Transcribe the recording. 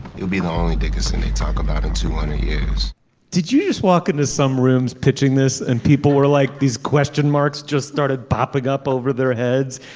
you'll be the only gig as and they talk about it two years did you just walk into some rooms pitching this. and people were like these question marks just started popping up over their heads.